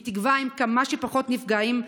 בתקווה שעם כמה שפחות נפגעים,